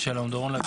מה ששמו בבני ברק זה